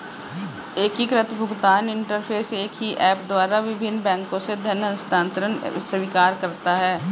एकीकृत भुगतान इंटरफ़ेस एक ही ऐप द्वारा विभिन्न बैंकों से धन हस्तांतरण स्वीकार करता है